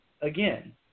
again